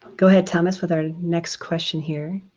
go ahead thomas with our next question here.